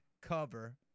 cover